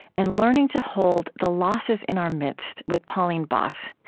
and learning to hold the losses in our midst with pauline boss.